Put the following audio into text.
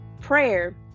prayer